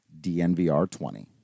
DNVR20